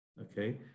okay